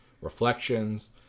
reflections